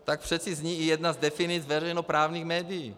Tak přece zní i jedna z definic veřejnoprávních médií.